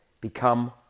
become